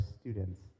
students